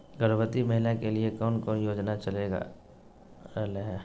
गर्भवती महिला के लिए कौन कौन योजना चलेगा रहले है?